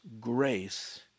grace